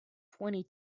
twenty